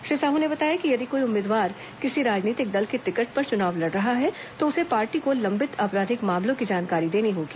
श्री साहू ने बताया कि यदि कोई उम्मीदवार किसी राजनीतिक दल की टिकट पर चुनाव लड़ रहा है तो उसे पार्टी को लंबित आपराधिक मामलों की जानकारी देनी होगी